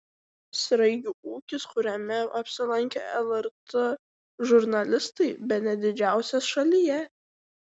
sraigių ūkis kuriame apsilankė lrt žurnalistai bene didžiausias šalyje